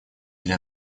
для